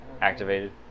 Activated